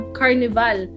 carnival